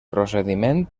procediment